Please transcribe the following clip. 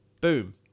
boom